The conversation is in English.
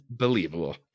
Unbelievable